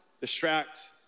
distract